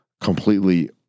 completely